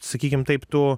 sakykim taip tu